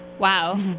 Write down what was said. Wow